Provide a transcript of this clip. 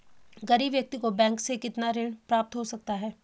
गरीब व्यक्ति को बैंक से कितना ऋण प्राप्त हो सकता है?